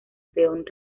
peón